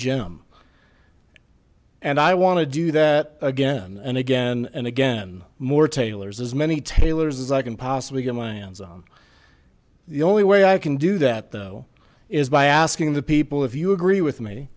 gem and i want to do that again and again and again more taylor's as many taylor's as i can possibly get my hands on the only way i can do that though is by asking the people if you agree with me